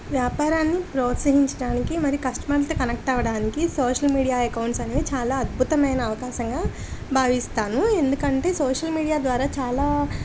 వ్యాపారాన్ని ప్రోత్సహించడానికి మరి కస్టమర్లతో కనెక్ట్ అవ్వడానికి సోషల్ మీడియా అకౌంట్స్ అనేవి చాలా అద్భుతమైన అవకాశంగా భావిస్తాను ఎందుకంటే సోషల్ మీడియా ద్వారా చాలా